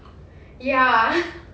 ya